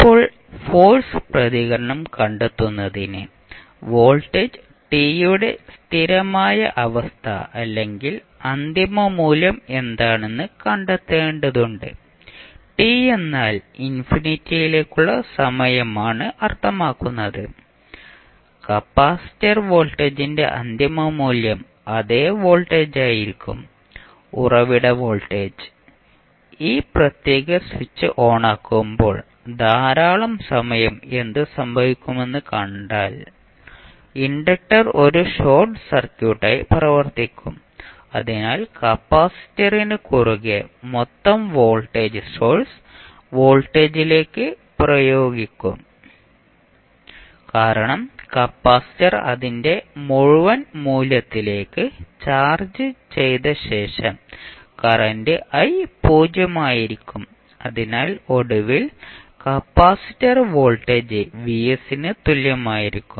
ഇപ്പോൾ ഫോഴ്സ് പ്രതികരണം കണ്ടെത്തുന്നതിന് വോൾട്ടേജ് ടി യുടെ സ്ഥിരമായ അവസ്ഥ അല്ലെങ്കിൽ അന്തിമ മൂല്യം എന്താണെന്ന് കണ്ടെത്തേണ്ടതുണ്ട് ടി എന്നാൽ ഇൻഫിനിറ്റിയിലേക്കുള്ള സമയമാണ് അർത്ഥമാക്കുന്നത് കപ്പാസിറ്റർ വോൾട്ടേജിന്റെ അന്തിമ മൂല്യം അതേ വോൾട്ടേജായിരിക്കും ഉറവിട വോൾട്ടേജ് ഈ പ്രത്യേക സ്വിച്ച് ഓണാക്കുമ്പോൾ ധാരാളം സമയം എന്ത് സംഭവിക്കുമെന്ന് കണ്ടാൽ ഇൻഡക്റ്റർ ഒരു ഷോർട്ട് സർക്യൂട്ടായി പ്രവർത്തിക്കും അതിനാൽ കപ്പാസിറ്ററിന് കുറുകെ മൊത്തം വോൾട്ടേജ് സോഴ്സ് വോൾട്ടേജിലേക്ക് പ്രയോഗിക്കും കാരണം കപ്പാസിറ്റർ അതിന്റെ മുഴുവൻ മൂല്യത്തിലേക്ക് ചാർജ് ചെയ്ത ശേഷം കറന്റ് i 0 ആയിരിക്കും അതിനാൽ ഒടുവിൽ കപ്പാസിറ്റർ വോൾട്ടേജ് Vs ന് തുല്യമായിരിക്കും